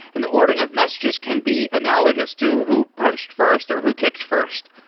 and the ordering of messages can be analogous to who punched first or who kicked first.